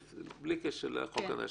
בלי קשר לחוק החדש,